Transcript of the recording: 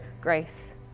Grace